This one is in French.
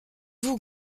vous